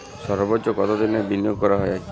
সর্বোচ্চ কতোদিনের বিনিয়োগ করা যায়?